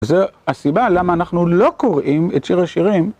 זו הסיבה למה אנחנו לא קוראים את שיר השירים.